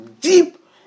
Deep